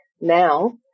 Now